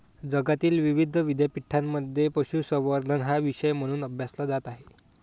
जगातील विविध विद्यापीठांमध्ये पशुसंवर्धन हा विषय म्हणून अभ्यासला जात आहे